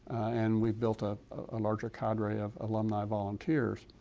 and we've built a ah larger codre of alumni volunteers.